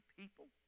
people